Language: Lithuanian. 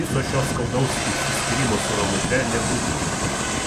viso šio skaudaus išsiskyrimo su ramute nebūtų